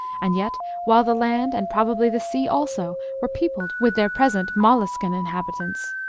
and yet while the land, and probably the sea also, were peopled with their present molluscan inhabitants.